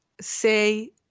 say